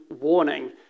warning